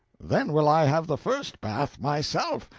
then will i have the first bath myself!